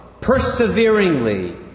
perseveringly